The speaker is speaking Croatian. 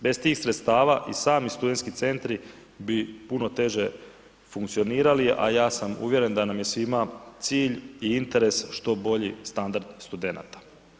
Bez tih sredstava i sami studentski centri bi puno teže funkcionirali, a ja sam uvjeren da nam je svima cilj i interes što bolji standard studenata.